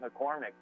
McCormick